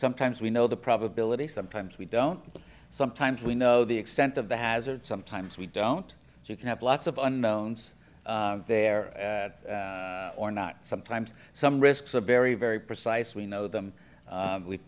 sometimes we know the probability sometimes we don't sometimes we know the extent of the hazard sometimes we don't so you can have lots of unknown's there or not sometimes some risks are very very precise we know them we've